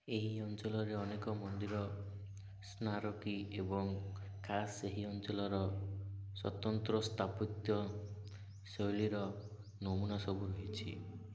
ଏହି ଅଞ୍ଚଳରେ ଅନେକ ମନ୍ଦିର ସ୍ମାରକୀ ଏବଂ ଖାସ୍ ସେହି ଅଞ୍ଚଳର ସ୍ୱତନ୍ତ୍ର ସ୍ଥାପତ୍ୟ ଶୈଳୀର ନମୁନା ସବୁ ରହିଛି